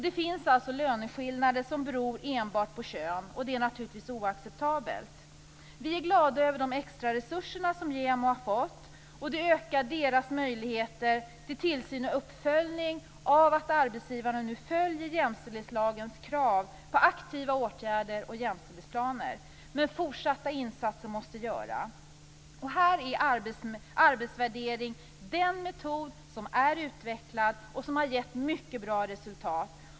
Det finns alltså löneskillnader som beror enbart på kön, och det är naturligtvis oacceptabelt. Vi är glada över de extraresurser som JämO har fått. De ökar deras möjligheter till tillsyn och uppföljning av att arbetsgivarna nu följer jämställdhetslagens krav på aktiva åtgärder och jämställdhetsplaner. Men fortsatta insatser måste göras. Här är arbetsvärdering den metod som är utvecklad och som har givit mycket goda resultat.